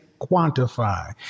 quantify